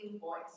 voice